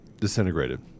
disintegrated